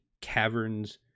caverns